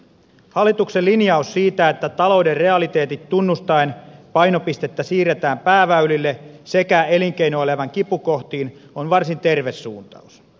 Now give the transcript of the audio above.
hallituksen linjaus siitä että talouden realiteetit tunnustaen painopistettä siirretään pääväylille sekä elinkeinoelämän kipukohtiin on varsin terve suuntaus